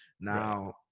now